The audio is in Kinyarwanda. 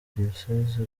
diyosezi